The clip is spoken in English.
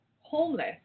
homeless